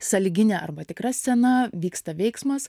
sąlyginė arba tikra scena vyksta veiksmas